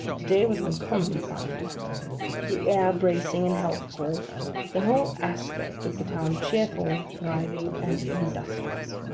the day was uncommonly fine the air bracing and healthful the whole aspect of the town cheerful, thriving, and industrious.